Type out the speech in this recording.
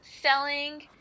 selling